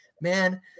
man